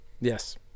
Yes